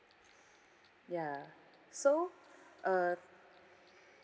ya so uh